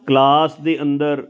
class ਦੇ ਅੰਦਰ